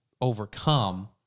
overcome